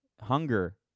Hunger